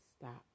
stop